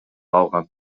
алган